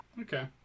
Okay